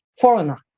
foreigner